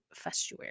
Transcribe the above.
Festuary